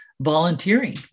volunteering